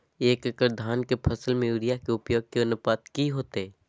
एक एकड़ धान के फसल में यूरिया के उपयोग के अनुपात की होतय?